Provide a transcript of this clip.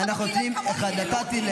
נתתי.